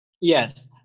yes